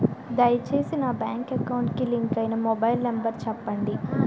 దయచేసి నా bank account కి లింక్ అయినా మొబైల్ నంబర్ చెప్పండి